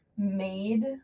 Made